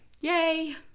Yay